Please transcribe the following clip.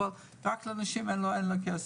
אבל רק לאנשים אין לו כסף.